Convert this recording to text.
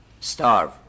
starve